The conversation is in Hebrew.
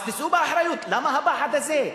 אז תישאו באחריות, למה הפחד הזה?